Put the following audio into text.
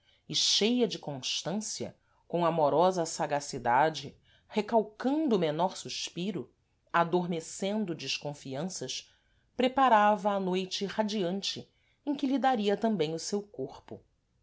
e cheia de constância com amorosa sagacidade recalcando o menor suspiro adormecendo desconfianças preparava a noite radiante em que lhe daria tambêm o seu corpo